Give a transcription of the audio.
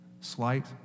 Slight